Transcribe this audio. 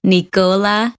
Nicola